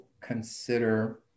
consider